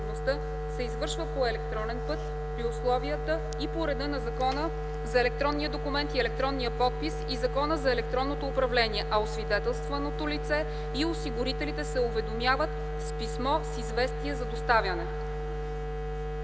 се извършва по електронен път, при условията и по реда на Закона за електронния документ и електронния подпис и Закона за електронното управление, а освидетелстваното лице и осигурителите се уведомяват с писмо с известие за доставяне.”